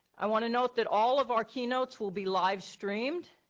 i wanna note that all of our keynotes will be live streamed.